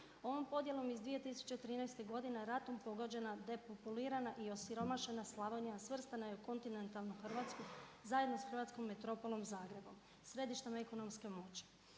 Ovom podjelom iz 2013. godine ratom pogođena, depopulirana i osiromašena Slavonija svrstana je u kontinentalnu Hrvatsku zajedno sa hrvatskom metropolom Zagrebom, središtem ekonomske moći.